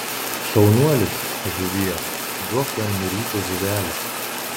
šaunuolis žuvie duok jam nuryti žuvelę